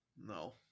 No